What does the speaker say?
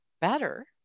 better